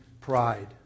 pride